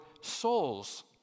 souls